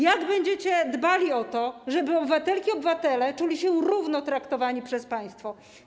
Jak będziecie dbali o to, żeby obywatelki i obywatele czuli się równo traktowani przez państwo?